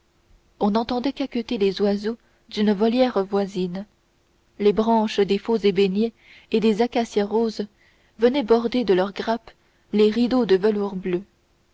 on entendait caqueter les oiseaux d'une volière voisine les branches des faux ébéniers et des acacias roses venaient border de leurs grappes les rideaux de velours bleu